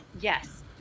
Yes